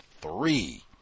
three